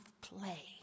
play